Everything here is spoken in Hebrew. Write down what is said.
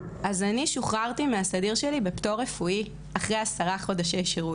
אז אני שוחררתי מהסדיר שלי מפטור רפואי אחרי עשרה חודשי שירות.